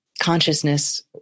consciousness